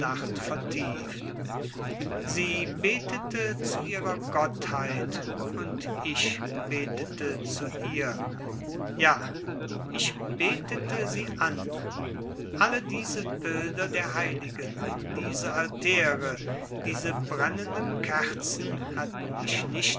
vertieft sie betete zu ihrer gottheit und ich betete zu ihr ja ich betete sie an alle diese bilder der heiligen diese altäre diese brennenden kerzen hatten mich nicht